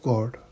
God